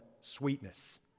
sweetness